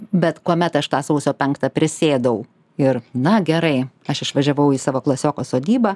bet kuomet aš tą sausio penktą prisėdau ir na gerai aš išvažiavau į savo klasioko sodybą